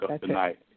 tonight